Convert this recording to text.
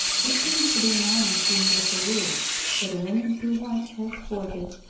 it seems to be an almost universal rule that a woman who once has courted,